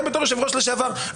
גם בתור יושב-ראש לשעבר.